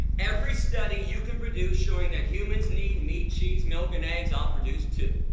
every study you can produce showing that humans need meat, cheese, milk and eggs, i'll produce two.